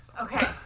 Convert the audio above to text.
Okay